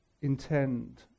intend